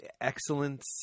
excellence